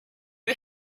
you